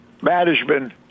management